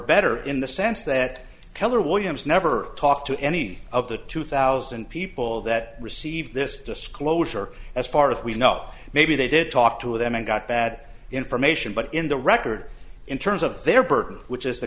better in the sense that keller williams never talked to any of the two thousand people that received this disclosure as far as we know maybe they did talk to them and got bad information but in the record in terms of their burden which is the